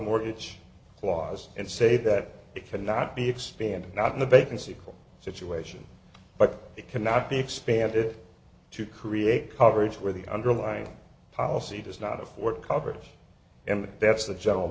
mortgage clause and say that it cannot be expanded not in the bay conceivable situation but it cannot be expanded to create coverage where the underlying policy does not afford coverage and that's the general